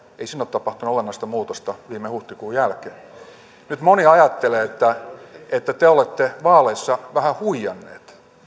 ole tapahtunut olennaista muutosta viime huhtikuun jälkeen nyt moni ajattelee että että te olette vaaleissa vähän huijannut